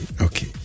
okay